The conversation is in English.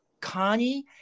Connie